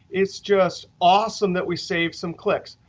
is just awesome that we saved some clicks.